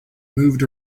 moved